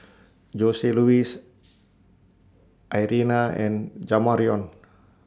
Joseluis Irena and Jamarion